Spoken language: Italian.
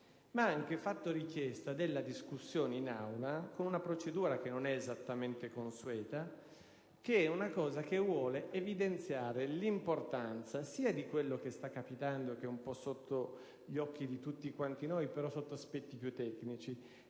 ha anche fatto richiesta della discussione in Aula, con una procedura che non è esattamente consueta, ma con cui si vuole da un lato evidenziare l'importanza di quello che sta capitando - che è un po' sotto gli occhi di tutti noi, però sotto aspetti più tecnici